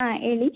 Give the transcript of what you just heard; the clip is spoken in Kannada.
ಹಾಂ ಹೇಳಿ